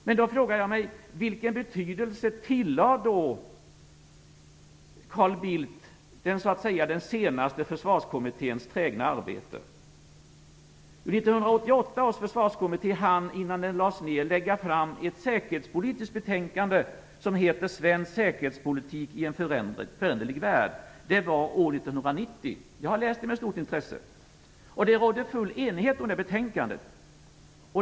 Men jag frågar mig: Vilken betydelse tillade då Carl Bildt den senaste försvarskommitténs trägna arbete? 1988 års försvarskommitté hann, innan den lades ned, lägga fram ett säkerhetspolitiskt betänkande som heter Svensk säkerhetspolitik i en föränderlig värld. Det var år 1990. Jag har läst det med stort intresse. Det rådde full enighet om det betänkandet.